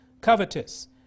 covetous